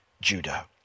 Judah